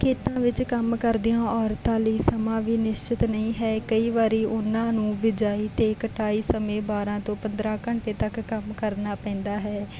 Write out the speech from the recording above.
ਖੇਤਾਂ ਵਿੱਚ ਕੰਮ ਕਰਦੀਆਂ ਔਰਤਾਂ ਲਈ ਸਮਾਂ ਵੀ ਨਿਸ਼ਚਿਤ ਨਹੀਂ ਹੈ ਕਈ ਵਾਰੀ ਉਹਨਾਂ ਨੂੰ ਬਿਜਾਈ ਅਤੇ ਕਟਾਈ ਸਮੇਂ ਬਾਰ੍ਹਾਂ ਤੋਂ ਪੰਦਰ੍ਹਾਂ ਘੰਟੇ ਤੱਕ ਕੰਮ ਕਰਨਾ ਪੈਂਦਾ ਹੈ